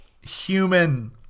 human